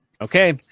Okay